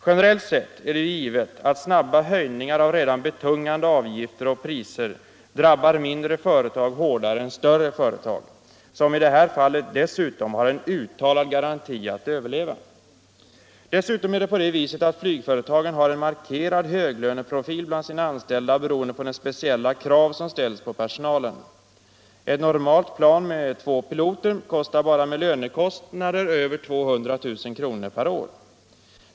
Generellt sett är det — förhållanden givet att snabba höjningar av redan betungande avgifter och priser drabbar mindre företag hårdare än större företag, som i det här fallet dessutom har en uttalad garanti att överleva. Dessutom är det på det viset att flygföretagen har en markerad höglöneprofil bland sina anställda beroende på de speciella krav som ställs på personalen. Bara lönekostnaderna för ett normalt plan med två piloter är över 200 000 kr. per år.